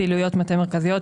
פעילויות מטה מרכזיות,